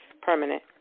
permanent